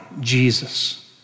Jesus